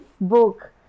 book